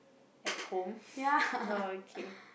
at home oh okay